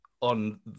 On